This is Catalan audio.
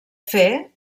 fer